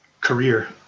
career